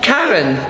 Karen